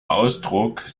ausdruck